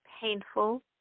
painful